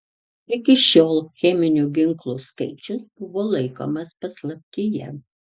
iki šiol cheminių ginklų skaičius buvo laikomas paslaptyje